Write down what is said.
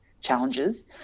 challenges